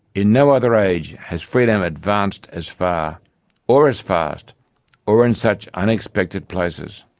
in no other age has freedom advanced as far or as fast or in such unexpected places.